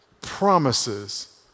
promises